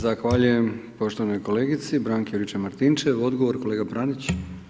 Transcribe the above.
Zahvaljujem poštovanoj kolegici Branki Juričev Martinčev, odgovor kolega Pranić.